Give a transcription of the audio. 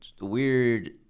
weird